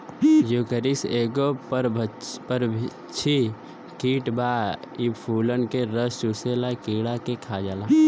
Geocoris एगो परभक्षी कीट बा इ फूलन के रस चुसेवाला कीड़ा के खा जाला